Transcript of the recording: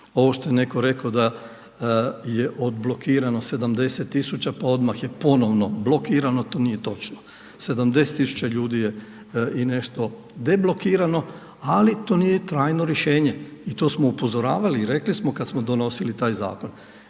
Ovo što je netko rekao da je odblokirano 70 tisuća pa odmah je ponovno blokirano, to nije točno. 70 tisuća ljudi je i nešto deblokirano ali to nije trajno rješenje i to smo upozoravali i rekli smo kad smo donosili taj zakon.